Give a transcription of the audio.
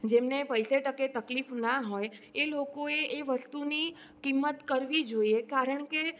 જેમને પૈસે ટકે તકલીફ ના હોય એ લોકોએ એ વસ્તુની કિંમત કરવી જોઈએ કારણ કે